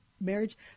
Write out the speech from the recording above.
marriage